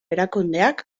erakundeak